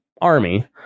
army